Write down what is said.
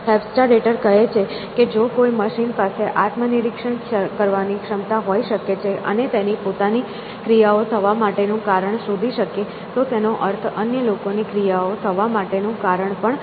Hofstadter કહે છે કે જો કોઈ મશીન પાસે આત્મનિરીક્ષણ કરવાની ક્ષમતા હોઇ શકે છે અને તેની પોતાની ક્રિયાઓ થવા માટેનું કારણ શોધી શકે તો તેનો અર્થ અન્ય લોકોની ક્રિયાઓ થવા માટેનું કારણ પણ શોધી શકે છે